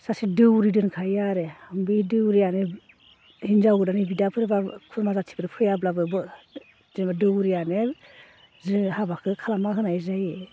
सासे देउरि दंखायो आरो बे देउरियानो हिनजाव गोदाननि बिदाफोरबाबो खुरमा जाथिफोर फैयाब्लाबो जेनेबा देउरियानो जोंनि हाबाखौ खालामना होनाय जायो